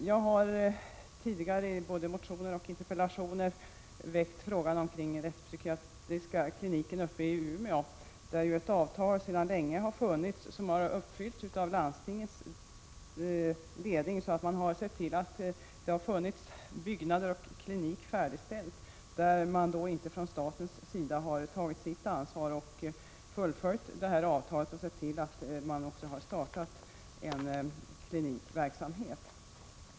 Jag har tidigare, i både motioner och interpellationer, väckt frågan om den rättspsykiatriska kliniken uppe i Umeå, där ju ett avtal sedan länge har funnits, vilket har uppfyllts av landstingets ledning, som har sett till att byggnader och klinik har färdigställts, men där staten inte har tagit sitt ansvar och fullföljt avtalet, så att man sett till att en klinisk verksamhet startats.